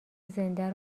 زنده